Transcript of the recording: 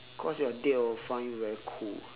cause your date will find you very cool